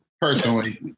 Personally